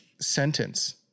sentence